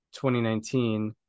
2019